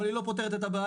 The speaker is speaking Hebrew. אבל היא לא פותרת את הבעיה.